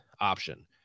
option